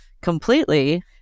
completely